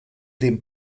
dem